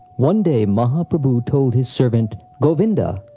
one day, mahaprabhu told his servant, govinda!